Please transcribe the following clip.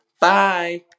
Bye